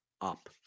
up